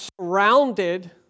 surrounded